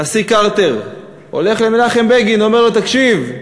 הנשיא קרטר הולך למנחם בגין ואומר לו: תקשיב,